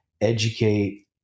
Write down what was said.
educate